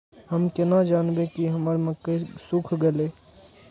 हम केना जानबे की हमर मक्के सुख गले?